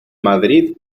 madrid